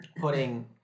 putting